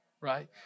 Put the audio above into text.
right